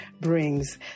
brings